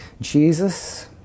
Jesus